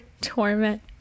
torment